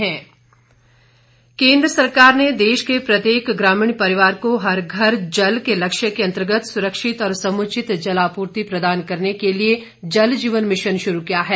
जल जीवन मिशन केन्द्र सरकार ने देश के प्रत्येक ग्रामीण परिवार को हर घर जल के लक्ष्य के अंतर्गत सुरक्षित और समुचित जलापूर्ति प्रदान करने के लिए जल जीवन मिशन शुरू किया है